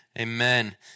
Amen